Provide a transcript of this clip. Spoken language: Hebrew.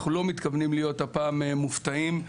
אנחנו לא מתכוונים להיות הפעם מופתעים.